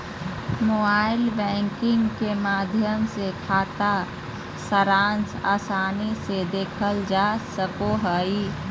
mobile banking के माध्यम से खाता सारांश आसानी से देखल जा सको हय